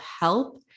help